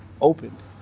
opened